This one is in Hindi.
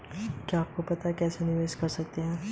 क्या नाबालिग इसमें निवेश कर सकता है?